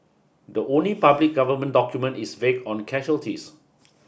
the only public government document is vague on casualties